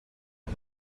por